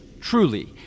truly